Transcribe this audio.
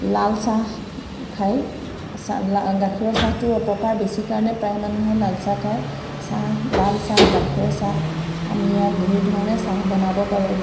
লালচাহ খায় গাখীৰৰ চাহটোৰ অপকাৰ বেছি কাৰণে প্ৰায় মানুহে লালচাহ খায় চাহ লালচাহ গাখীৰৰ চাহ আমি ইয়াত ধেৰ ধৰণে চাহ বনাব পাৰোঁ